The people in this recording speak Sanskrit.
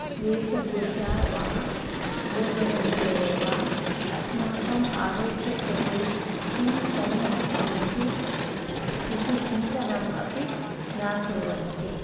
वेशभूशा वा भोजनविषये वा अस्माकम् आरोग्यकृते किं सम्यक् भवति इति चिन्तनम् अपि न कुर्वन्ति